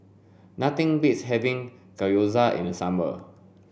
nothing beats having Gyoza in the summer